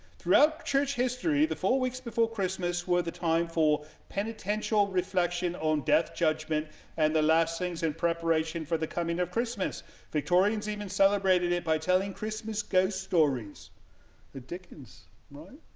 throughout church history the four weeks before christmas were the time for penitential reflection on death judgment and the last things in preparation for the coming of christmas victorians even celebrated it by telling christmas ghost stories the dickens right